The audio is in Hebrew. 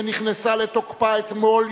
שנכנסה לתוקפה אתמול,